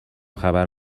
خبر